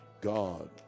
God